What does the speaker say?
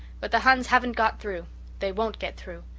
but the huns haven't got through they won't get through.